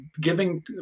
giving